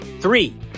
Three